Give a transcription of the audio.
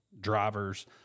drivers